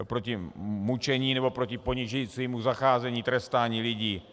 Proti mučení nebo proti ponižujícímu zacházení, trestání lidí.